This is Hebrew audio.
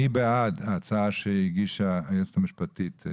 מי בעד ההצעה שהגישה היועצת המשפטית?